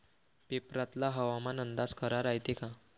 पेपरातला हवामान अंदाज खरा रायते का?